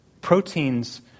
proteins